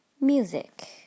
music